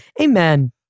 Amen